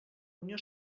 unió